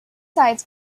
sites